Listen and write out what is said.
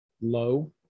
Low